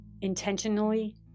intentionally